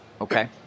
Okay